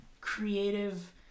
creative